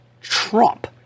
Trump